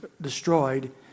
destroyed